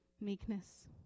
Meekness